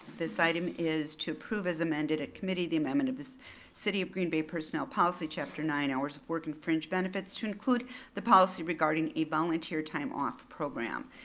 this item is to approve as amended at committee, the amendment of the city of green bay personnel policy, chapter nine, hours of work and fringe benefits, to include the policy regarding a volunteer time off program.